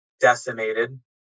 decimated